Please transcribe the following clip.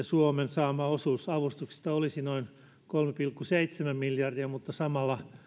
suomen saama osuus avustuksista olisi noin kolme pilkku seitsemän miljardia mutta samalla